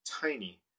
tiny